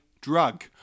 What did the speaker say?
drug